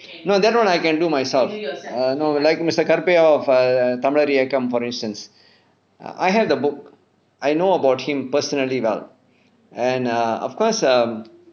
no that [one] I can do myself err no like mister karupai of Tamilar இயக்கம்:thamilar eyakam for instance I had the book I know about him personally well and err of course um